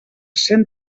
cent